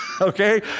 okay